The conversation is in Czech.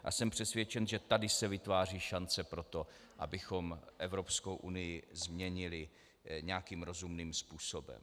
A jsem přesvědčen, že tady se vytváří šance pro to, abychom Evropskou unii změnili nějakým rozumným způsobem.